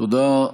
תודה.